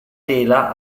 tela